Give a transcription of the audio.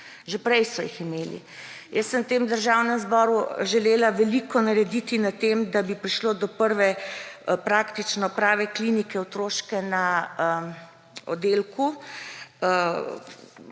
že prej so jih imeli. Jaz sem v tem državnem zboru želela veliko narediti na tem, da bi prišlo do prve praktično prave otroške klinike na oddelku